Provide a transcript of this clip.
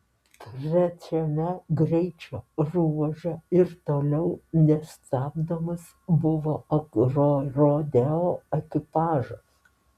trečiame greičio ruože ir toliau nesustabdomas buvo agrorodeo ekipažas